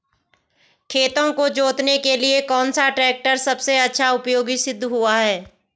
खेतों को जोतने के लिए कौन सा टैक्टर सबसे अच्छा उपयोगी सिद्ध हुआ है?